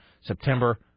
September